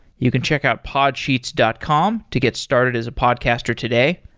you can check out podsheets dot com to get started as a podcaster today.